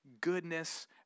goodness